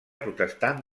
protestant